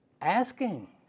asking